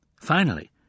Finally